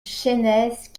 chaynesse